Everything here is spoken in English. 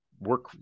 work